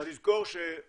צריך לזכור שתחזית